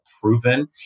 proven